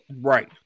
Right